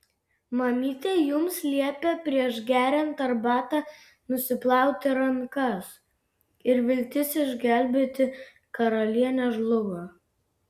mamytė jums liepė prieš geriant arbatą nusiplauti rankas ir viltis išgelbėti karalienę žlugo